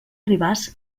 ribàs